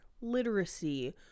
literacy